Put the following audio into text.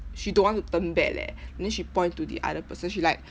she don't want to turn back leh then she point to the other person she like